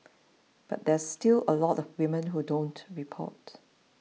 but there's still a lot of women who don't report